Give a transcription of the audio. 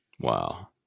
Wow